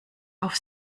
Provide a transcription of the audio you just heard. auf